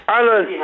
Alan